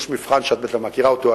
יש מבחן שאת בטח מכירה אותו,